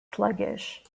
sluggish